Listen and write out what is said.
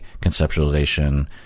conceptualization